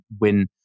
win